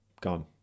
gone